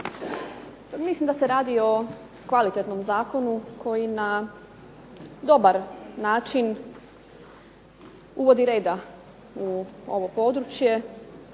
mislim da se radi o kvalitetnom zakonu koji na dobar način uvodi reda u ovo područje.